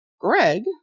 Greg